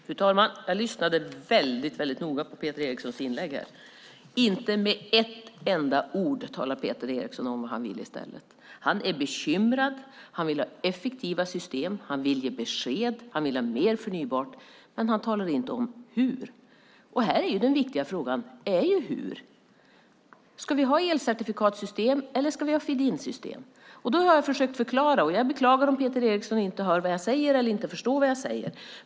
Fru talman! Jag lyssnade väldigt noga på Peter Erikssons inlägg. Inte med ett enda ord talar Peter Eriksson om vad han vill i stället. Hän är bekymrad. Han vill ha effektiva system. Han vill ge besked, han vill ha mer förnybart, men han talar inte om hur. Den viktiga frågan här är hur. Ska vi ha elcertifikatssystem, eller ska vi ha feed-in-system? Jag har försökt förklara. Jag beklagar om Peter Eriksson inte hör vad jag säger eller förstår vad jag säger.